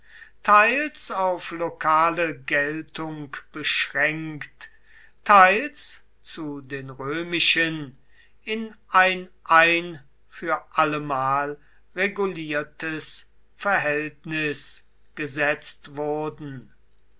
teils auf lokale geltung beschränkt teils zu den römischen in ein ein für allemal reguliertes verhältnis gesetzt wurden